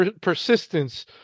persistence